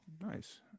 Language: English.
nice